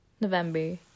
November